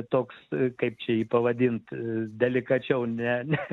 toks kaip čia jį pavadint delikačiau ne ne